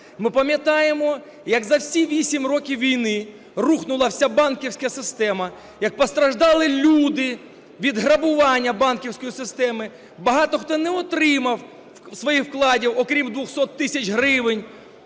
Ми пам'ятаємо, як за всі 8 років війни рухнула вся банківська система, як постраждали люди від грабування банківської системи. Багато хто не отримав своїх вкладів, окрім 200 тисяч гривень.